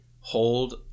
hold